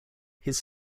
his